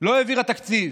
לא העבירה תקציב